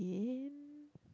again